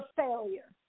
failure